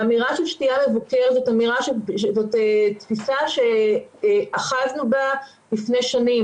האמירה של שתייה מבוקרת זאת תפיסה שאחזנו בה לפני שנים,